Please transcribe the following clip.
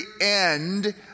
end